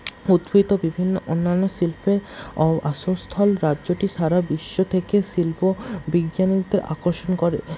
উদ্বৃত্ত বিভিন্ন অন্যান্য শিল্পের আসস্থল রাজ্যটি সারা বিশ্ব থেকে শিল্প বিজ্ঞানীদের আকর্ষণ করে